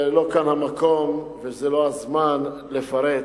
לא כאן המקום וזה לא הזמן לפרט,